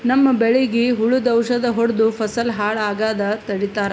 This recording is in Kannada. ನಮ್ಮ್ ಬೆಳಿಗ್ ಹುಳುದ್ ಔಷಧ್ ಹೊಡ್ದು ಫಸಲ್ ಹಾಳ್ ಆಗಾದ್ ತಡಿತಾರ್